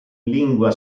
lingua